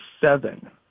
seven